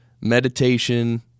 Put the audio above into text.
meditation